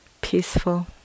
peaceful